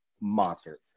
monster